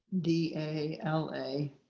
D-A-L-A